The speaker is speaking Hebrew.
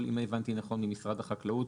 אם הבנתי נכון ממשרד החקלאות,